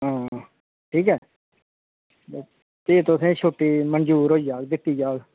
हां ठीक ऐ फ्ही तुसेंगी छुट्टी मंजूर होई जाह्ग दित्ती जाह्ग